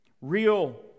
Real